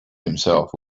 himself